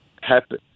happen